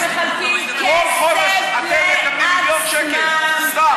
כל חודש אתם מקבלים מיליון שקל, סתם.